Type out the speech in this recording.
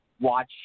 watch